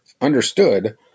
understood